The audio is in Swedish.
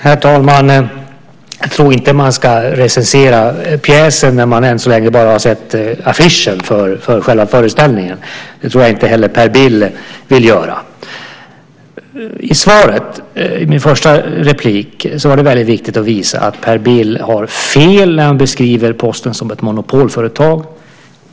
Herr talman! Jag tror inte att man ska recensera pjäser när man än så länge bara har sett affischen för själva föreställningen. Jag tror inte heller Per Bill vill göra det. I mitt inlägg var det viktigt att visa att Per Bill har fel när han beskriver Posten som ett monopolföretag.